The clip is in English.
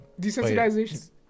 Desensitization